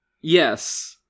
Yes